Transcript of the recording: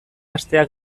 hastea